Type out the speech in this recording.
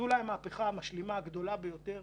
זו אולי המהפכה המשלימה הגדולה ביותר.